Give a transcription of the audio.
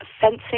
fencing